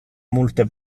multe